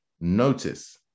notice